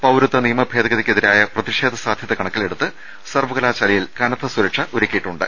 പൌരത്വ നിയമ ഭേദഗതിക്കെതിരായ പ്രതിഷേധ സാധ്യത കണക്കിലെടുത്ത് സർവകലാശാലയിൽ കനത്ത സുരക്ഷ ഒരുക്കിയിട്ടുണ്ട്